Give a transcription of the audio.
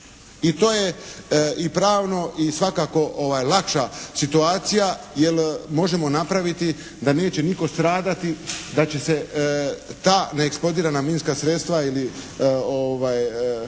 i to je i pravno i svakako lakša situacija jer možemo napraviti da neće nitko stradati, da će se ta neeksplodirana minska sredstva ili